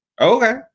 Okay